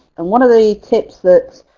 and one of the tips that